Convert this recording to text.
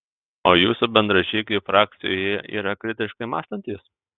o jūsų bendražygiai frakcijoje yra kritiškai mąstantys